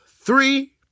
three